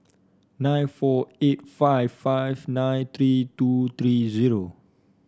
nine four eight five five nine three two three zero